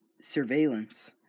surveillance